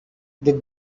did